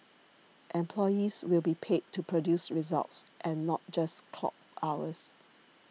employees will be paid to produce results and not just clock hours